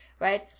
right